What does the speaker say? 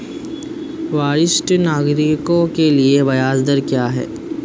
वरिष्ठ नागरिकों के लिए ब्याज दर क्या हैं?